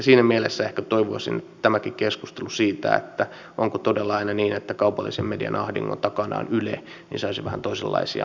siinä mielessä ehkä toivoisin että tämäkin keskustelu siitä että onko todella aina niin että kaupallisen median ahdingon takana on yle saisi vähän toisenlaisia näkökulmia